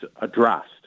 addressed